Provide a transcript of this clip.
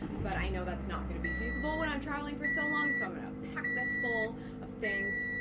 but i know that's not gonna be feasible when i'm traveling for so long, so i'm gonna pack this full of things.